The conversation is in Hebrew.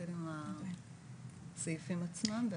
נתחיל עם הסעיפים עצמם.